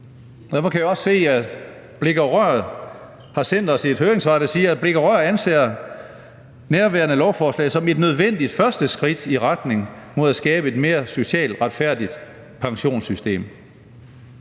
Derfor kan jeg også se, at Blik & Rør har sendt os et høringssvar, hvor der står, at Blik & Rør anser nærværende lovforslag som et nødvendigt første skridt i retning mod at skabe et mere socialt retfærdigt pensionssystem.